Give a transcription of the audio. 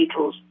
Beatles